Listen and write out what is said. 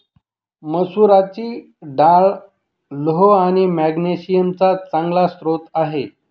मसुराची डाळ लोह आणि मॅग्नेशिअम चा चांगला स्रोत आहे